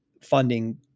funding